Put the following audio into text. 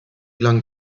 lang